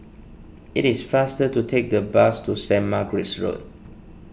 it is faster to take the bus to Saint Margaret's Road